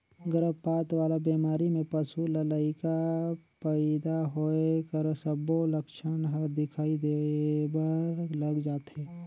गरभपात वाला बेमारी में पसू ल लइका पइदा होए कर सबो लक्छन हर दिखई देबर लग जाथे